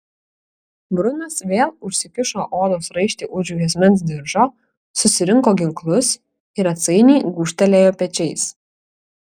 brunas vėl užsikišo odos raištį už juosmens diržo susirinko ginklus ir atsainiai gūžtelėjo pečiais